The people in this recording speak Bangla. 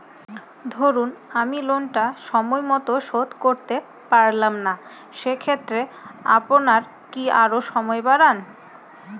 ধরুন আমি লোনটা সময় মত শোধ করতে পারলাম না সেক্ষেত্রে আপনার কি আরো সময় বাড়ান?